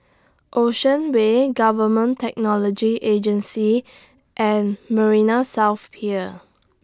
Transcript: Ocean Way Government Technology Agency and Marina South Pier